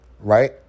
right